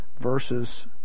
verses